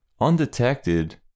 undetected